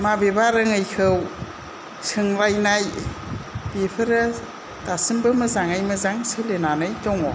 माबेबा रोङैखौ सोंलायनाय बेफोरो दासिमबो मोजाङै मोजां सोलिनानै दङ